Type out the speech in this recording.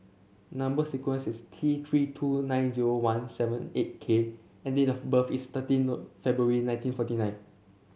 number sequence is T Three two nine zero one seven eight K and date of birth is thirteen No February nineteen forty nine